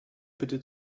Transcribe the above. bitte